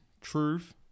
truth